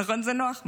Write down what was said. נכון זה נוח?